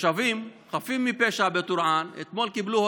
תושבים חפים מפשע בטורעאן קיבלו אתמול